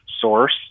source